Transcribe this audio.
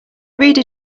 reader